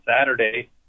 Saturday